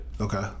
Okay